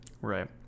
Right